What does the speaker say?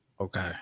okay